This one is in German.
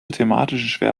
thematischen